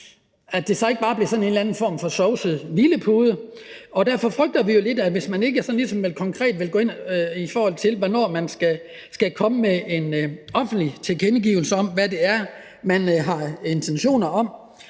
at det så ikke bare bliver en eller anden form for sovepude, og derfor frygter vi jo lidt, at man ikke ligesom konkret vil gå ind og sige, hvornår man skal komme med en offentlig tilkendegivelse af, hvad det er, man har intentioner om,